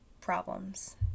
problems